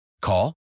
Call